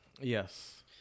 Yes